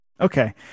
Okay